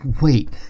Wait